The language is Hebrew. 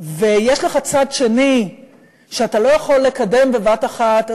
ויש לך צד שני ואתה לא יכול לקדם בבת אחת,